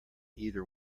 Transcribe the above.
either